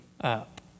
up